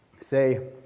Say